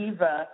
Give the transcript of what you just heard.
Eva